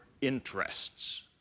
interests